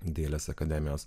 dailės akademijos